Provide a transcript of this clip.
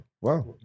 wow